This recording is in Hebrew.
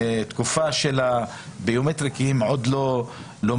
תקופה של הביומטרי כי הם עוד לא מוכנים,